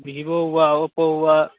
Vivo हुआ Oppo हुआ